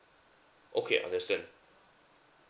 okay understand